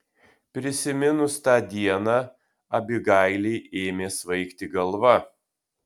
prisiminus tą dieną abigailei ėmė svaigti galva